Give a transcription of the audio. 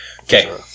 Okay